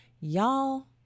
Y'all